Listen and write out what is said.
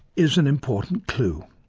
is an important clue.